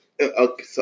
Okay